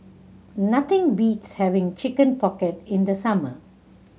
nothing beats having Chicken Pocket in the summer